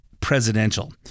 presidential